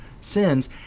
sins